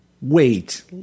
Wait